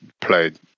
played